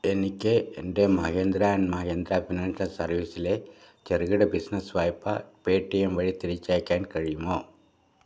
എനിക്ക് എൻ്റെ Mahindra and Mahindra financial സർവീസിലെ ചെറുകിട ബിസിനസ്സ് വായ്പ പേടിഎം വഴി തിരിച്ചടയ്ക്കാൻ കഴിയുമോ